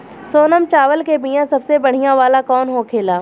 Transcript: सोनम चावल के बीया सबसे बढ़िया वाला कौन होखेला?